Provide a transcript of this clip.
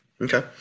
Okay